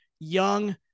Young